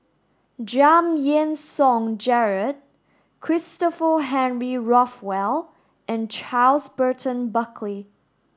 Giam Yean Song Gerald Christopher Henry Rothwell and Charles Burton Buckley